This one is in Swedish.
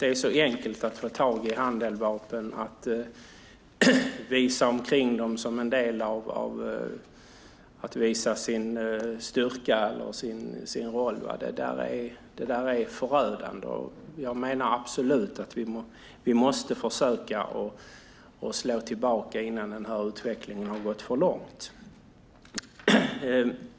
Det är så enkelt att få tag på handeldvapen och visa upp dem som en del av sin styrka eller roll. Det är förödande. Vi måste försöka slå tillbaka innan utvecklingen har gått för långt.